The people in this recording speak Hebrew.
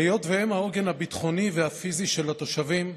היות שהם העוגן הביטחוני והפיזי של התושבים,